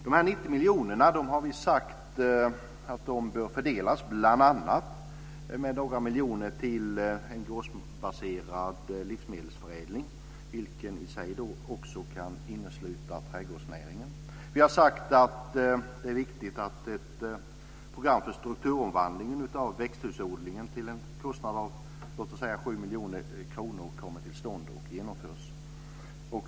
Dessa 90 miljoner har vi sagt bör fördelas bl.a. med några miljoner till en gårdsbaserad livsmedelsförädling, vilken också kan innesluta trädgårdsnäringen. Vi har sagt att det är viktigt att ett program för strukturomvandling av växthusodlingen till en kostnad av låt oss säga 7 miljoner kronor kommer till stånd och genomförs.